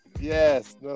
Yes